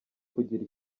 kugira